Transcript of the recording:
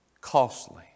Costly